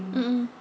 mm mm